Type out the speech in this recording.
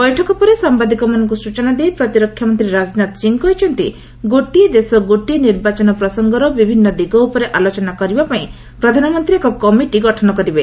ବୈଠକ ପରେ ସାମ୍ବାଦିକମାନଙ୍କୁ ସୂଚନା ଦେଇ ପ୍ରତିରକ୍ଷାମନ୍ତ୍ରୀ ରାଜନାଥ ସିଂ କହିଛନ୍ତି ଗୋଟିଏ ଦେଶ ଗୋଟିଏ ନିର୍ବାଚନ ପ୍ରସଙ୍ଗର ବିଭିନ୍ନ ଦିଗ ଉପରେ ଆଲୋଚନା କରିବା ପାଇଁ ପ୍ରଧାନମନ୍ତ୍ରୀ ଏକ କମିଟି ଗଠନ କରିବେ